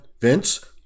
Vince